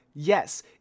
Yes